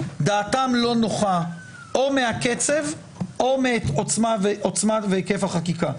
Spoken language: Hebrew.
דעתם לא נוחה או מהקצב או מעוצמה והיקף החקיקה.